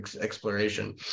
exploration